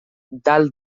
dalt